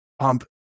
pump